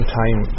time